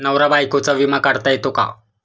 नवरा बायकोचा विमा काढता येतो का?